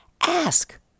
Ask